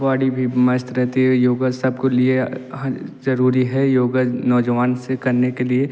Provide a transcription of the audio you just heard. body भी मस्त रहती है योग सब के लिए ज़रूरी है योग नौजवान से करने के लिए